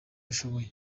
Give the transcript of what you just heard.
ashoboye